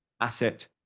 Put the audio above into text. asset